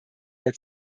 der